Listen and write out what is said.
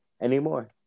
anymore